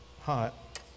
hot